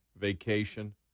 vacation